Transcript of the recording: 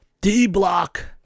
D-Block